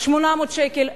800 שקל,